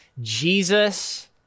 Jesus